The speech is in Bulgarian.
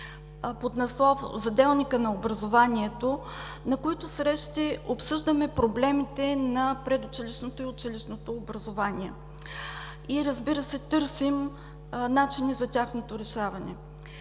под надслов „За делника на образованието“, на които срещи обсъждаме проблемите на предучилищното и училищното образование и търсим начини за тяхното решаване.